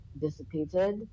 dissipated